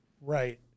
Right